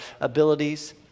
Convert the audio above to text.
abilities